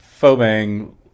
Phobang